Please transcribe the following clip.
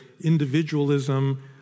individualism